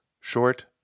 Short